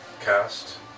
cast